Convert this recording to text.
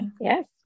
yes